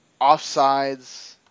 offsides